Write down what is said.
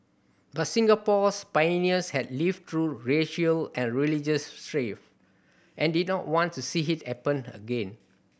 but Singapore's pioneers had lived through racial and religious strife and did not want to see it happen again